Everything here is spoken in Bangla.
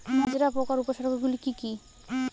মাজরা পোকার উপসর্গগুলি কি কি?